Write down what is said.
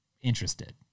interested